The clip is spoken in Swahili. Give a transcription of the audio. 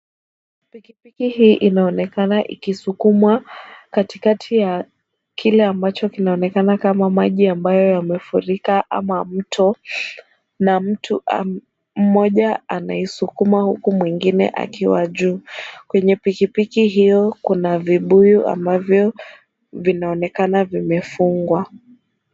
Pikipiki hii inaonekana ikisukumwa katikati ya kile ambacho kinaonekana kama maji ambayo yamefurika ama mto, na mtu mmoja anaisukuma huku mwingine akiwa juu. Kwenye pikipiki hiyo kuna vibuyu ambavyo vinaonekana vimefungwa.